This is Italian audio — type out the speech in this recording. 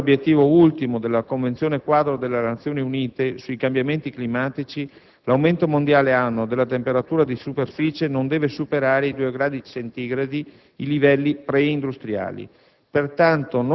che "per realizzare l'obiettivo ultimo della Convenzione-quadro delle Nazioni Unite sui cambiamenti climatici, l'aumento mondiale annuo della temperatura di superficie non deve superare di 2 gradi centigradi i livelli preindustriali";